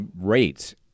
rates